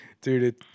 Dude